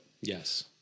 Yes